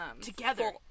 Together